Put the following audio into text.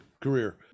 career